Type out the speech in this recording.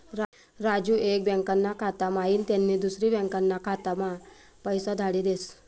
राजू एक बँकाना खाता म्हाईन त्यानी दुसरी बँकाना खाताम्हा पैसा धाडी देस